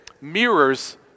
mirrors